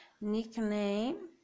Nickname